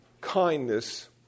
kindness